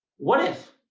what if?